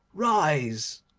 rise,